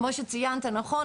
כמו שציינת נכון,